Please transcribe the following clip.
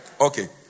Okay